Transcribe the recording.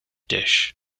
dish